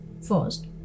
First